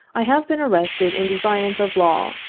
i have been arrested in defiance of law,